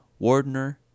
Wardner